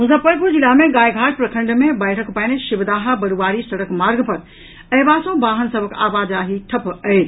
मुजफ्फरपुर जिला मे गायघाट प्रखंड मे बाढ़िक पानि शिवदाहा बरूआरी सड़क मार्ग पर अयबा सॅ वाहन सभक आवाजाही ठप्प अछि